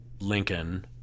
Lincoln